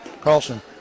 Carlson